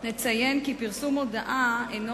אני מבקשת לציין כי פרסום מודעה אינו